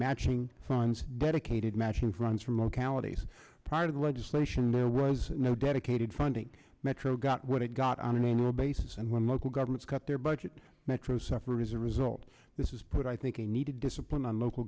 matching funds dedicated matching funds from localities part of the legislation there was no dedicated funding metro got what it got on an annual basis and when local governments cut their budget metro suffer as a result this is put i think they needed discipline on local